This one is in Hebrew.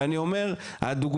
ואני אומר הדוגמה,